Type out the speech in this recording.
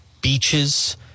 beaches